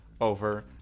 Over